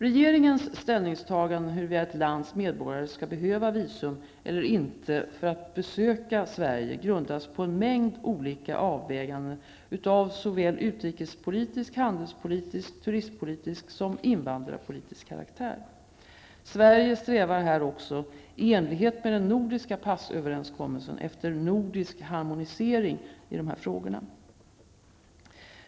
Regeringens ställningstaganden huruvida ett lands medborgare skall behöva visum eller inte för att få besöka Sverige grundas på en mängd olika avväganden av såväl utrikespolitisk, handelspolitisk, turistpolitisk som invandrarpolitisk karaktär. Sverige strävar här också i enlighet med den nordiska passöverenskommelsen, efter nordisk harmonisering i dessa frågor.